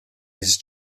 his